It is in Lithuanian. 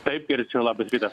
taip girdžiu labas rytas